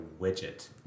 widget